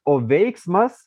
o veiksmas